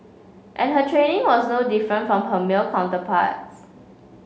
and her training was no different from her male counterparts